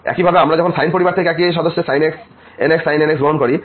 একইভাবে যদি আমরা সাইন পরিবারের থেকে একই সদস্যের sin nx sin nx গ্রহণ করি